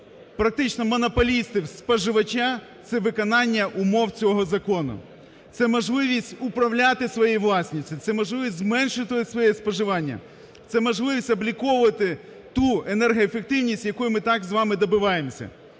практично монополістів зі споживача – це виконання умов цього закону, це можливість управляти своєю власністю, це можливість зменшувати своє споживання, це можливість обліковувати ту енергоефективність, якої ми так з вами добиваємося.